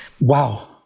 Wow